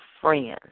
friends